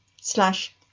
slash